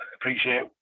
appreciate